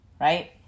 right